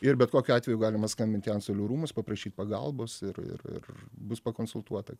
ir bet kokiu atveju galima skambint į antstolių rūmus paprašyt pagalbos ir ir ir bus pakonsultuota